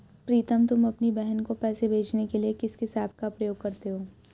प्रीतम तुम अपनी बहन को पैसे भेजने के लिए किस ऐप का प्रयोग करते हो?